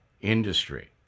industry